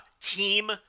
Team